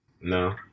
No